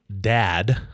dad